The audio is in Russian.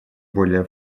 более